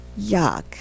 Yuck